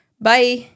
Bye